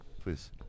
Please